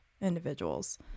individuals